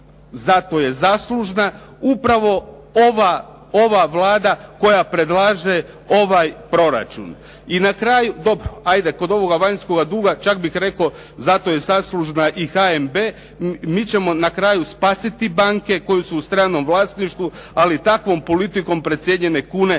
zato je zaslužna upravo ova Vlada koja predlaže ovaj proračun. I na kraju, dobro ajde kod ovog vanjskog duga čak bih rekao, zato je zaslužna i HNB. Mi ćemo na kraju spasiti banke koje su u stranom vlasništvu, ali takvom politikom precijenjene kune